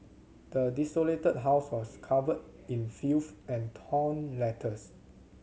the desolated house was covered in filth and torn letters